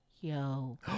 Yo